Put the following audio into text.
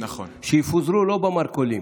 שיפוזרו לא במרכולים,